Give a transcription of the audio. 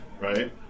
right